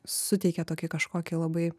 suteikia tokį kažkokį labai